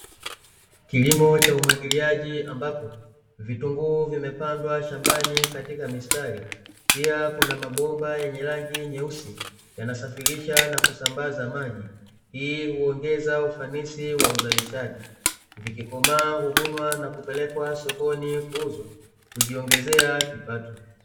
Kilimo cha umwagiliaji ambapo, vitunguu vimepandwa shambani katika mistari pia kuna mabomba yenye rangi nyeusi, yanasafirisha na kusambaza maji, hii huongeza ufanisi wa uzalishaji, vikikomaa huvunwa na kupelekwa sokoni kuuzwa kujiongezea kipato.